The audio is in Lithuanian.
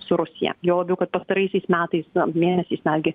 su rusija juo labiau kad pastaraisiais metais mėnesiais netgi